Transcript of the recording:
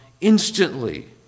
instantly